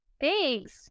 Thanks